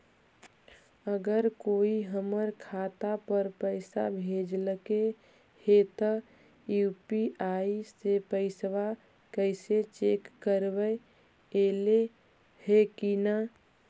अगर कोइ हमर खाता पर पैसा भेजलके हे त यु.पी.आई से पैसबा कैसे चेक करबइ ऐले हे कि न?